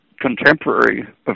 contemporary